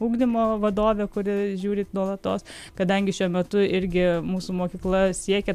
ugdymo vadovė kuri žiūri nuolatos kadangi šiuo metu irgi mūsų mokykla siekia